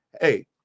hey